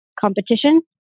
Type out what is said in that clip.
competition